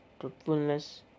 truthfulness